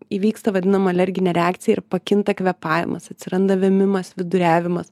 įvyksta vadinama alerginė reakcija ir pakinta kvėpavimas atsiranda vėmimas viduriavimas